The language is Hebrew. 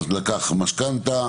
לקח משכנתה,